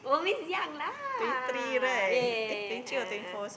oh means young lah yeah yeah yeah yeah yeah yeah yeah a'ah a'ah